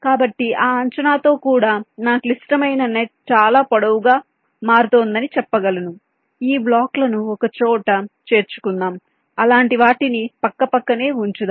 కాబట్టి ఆ అంచనాతో కూడా నా క్లిష్టమైన నెట్ చాలా పొడవుగా మారుతోందని చెప్పగలను ఈ 2 బ్లాక్లను ఒకచోట చేర్చుకుందాం అలాంటి వాటిని పక్కపక్కనే ఉంచుదాం